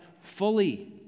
fully